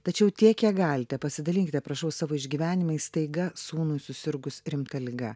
tačiau tiek kiek galite pasidalinkite prašau savo išgyvenimais staiga sūnui susirgus rimta liga